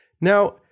now